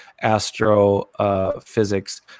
astrophysics